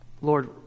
Lord